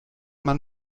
man